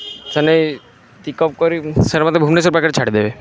ମାନେ ପିକ୍ଅପ୍ କରିକି ସାର୍ ମୋତେ ଭୁବନେଶ୍ୱର ପାଖରେ ଛାଡ଼ି ଦେବେ